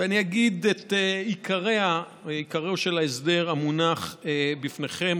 ואני אגיד את עיקריה או עיקרו של ההסדר המונח בפניכם,